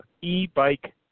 E-Bike